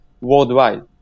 worldwide